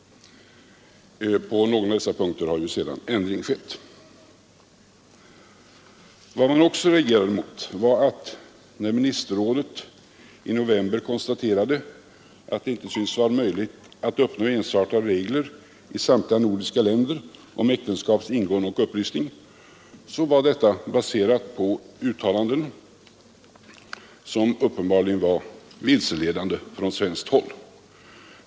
På någon av dessa punkter har ju sedan ändring skett. Vad man också reagerade mot var att när ministerrådet i november konstaterade att det inte syntes möjligt att uppnå ensartade regler i samtliga nordiska länder om äktenskaps ingående och upplösning, så var detta baserat på uttalanden som uppenbarligen var vilseledande från svenskt håll.